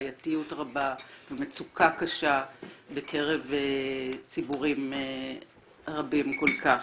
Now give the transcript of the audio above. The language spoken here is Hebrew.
בעייתיות רבה ומצוקה קשה בקרב ציבורים רבים כל כך.